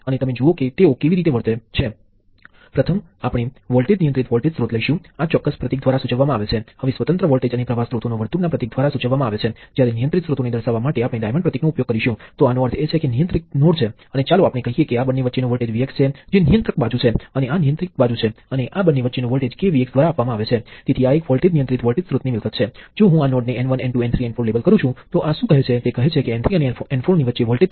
હવે આનો શું અર્થ થાય છે ચાલો કહીએ કે તમારી પાસે વોલ્ટેજ નિયંત્રિત પ્રવાહ સ્ત્રોત છે જે મેં G 1 મીલી સિમેન્સ દ્વારા આપ્યો છે તેનો અર્થ એ છે કે જો હું આ બાજુ 1 વોલ્ટ લાગુ કરું છું અને બીજી બાજુ કોઈ સર્કિટ સાથે જોડેલ છે તો ત્યાં 1 મિલી એમ્પિયર નો પ્રવાહ વહે છે